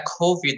covid